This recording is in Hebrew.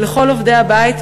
לכל עובדי הבית,